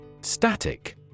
Static